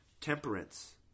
Temperance